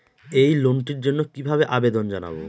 এই লোনটির জন্য কিভাবে আবেদন জানাবো?